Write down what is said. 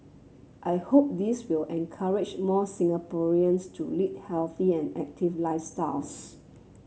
I hope this will encourage more Singaporeans to lead healthy and active lifestyles